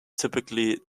typically